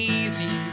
easy